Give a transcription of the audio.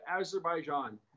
Azerbaijan